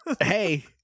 Hey